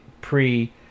pre